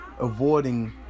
avoiding